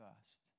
first